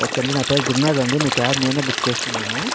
okay అండి నా పేరు గురునాథ్ అండి మీ క్యాబ్ నేనే బుక్ చేసుకున్నాను